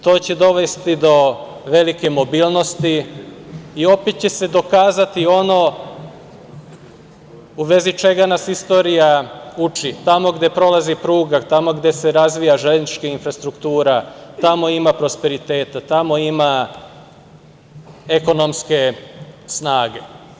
To će dovesti do velike mobilnosti i opet će se dokazati ono u vezi čega nas istorija uči - tamo gde prolazi pruga, tamo gde se razvija železnička infrastruktura, tamo ima prosperiteta, tamo ima ekonomske snage.